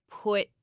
put